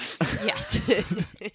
Yes